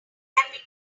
can